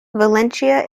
valencia